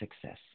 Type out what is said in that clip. success